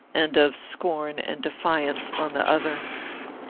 and of scorn and defiance on the other.